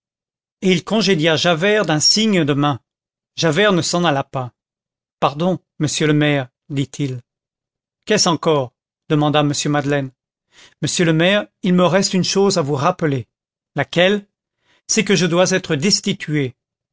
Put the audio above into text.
il congédia javert d'un signe de main javert ne s'en alla pas pardon monsieur le maire dit-il qu'est-ce encore demanda m madeleine monsieur le maire il me reste une chose à vous rappeler laquelle c'est que je dois être destitué